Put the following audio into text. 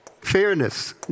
fairness